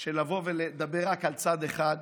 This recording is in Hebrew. של לבוא ולדבר רק על צד אחד.